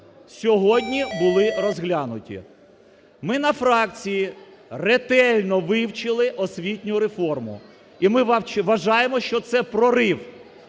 сьогодні були розглянуті. Ми на фракції ретельно вивчили освітню реформу, і ми вважаємо, що це прорив.